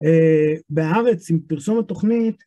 בהארץ עם פרסום לתוכנית.